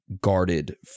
guarded